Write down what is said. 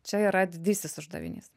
čia yra didysis uždavinys